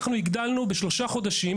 הגדלנו בשלושה חודשים